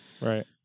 right